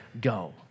go